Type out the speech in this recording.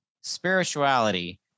spirituality